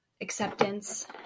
acceptance